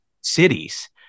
cities